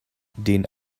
den